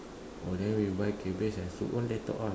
oh then we buy cabbage and soup on later on